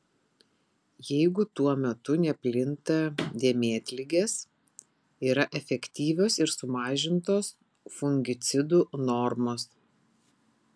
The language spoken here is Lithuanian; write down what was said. jeigu tuo metu neplinta dėmėtligės yra efektyvios ir sumažintos fungicidų normos